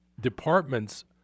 departments